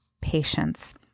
patience